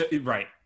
right